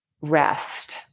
rest